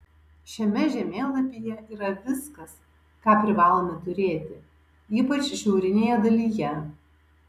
šiame žemėlapyje yra viskas ką privalome turėti ypač šiaurinėje dalyje